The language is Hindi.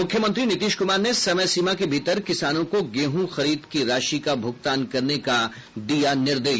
मुख्यमंत्री नीतीश कुमार ने समय सीमा के भीतर किसानों को गेहूं खरीद की राशि का भूगतान करने का दिया निर्देश